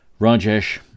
Rajesh